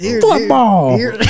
Football